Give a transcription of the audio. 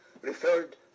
referred